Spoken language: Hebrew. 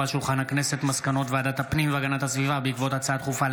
מסקנות ועדת הפנים והגנת הסביבה בעקבות דיון בהצעתם של